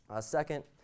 Second